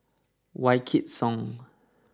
Wykidd Song